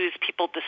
people